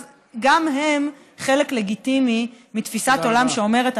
גם הם חלק לגיטימי מתפיסת העולם שאומרת,